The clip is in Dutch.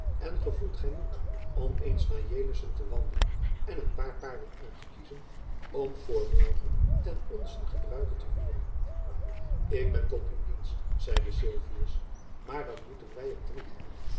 en gevoelt gy moed om eens naar jelissen te wandelen en een paar paarden uit te kiezen om voor morgen ten onzen gebruike te huren ik ben tot uw dienst zeide sylvius maar dan moeten wy er drie hebben